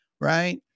right